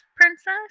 Princess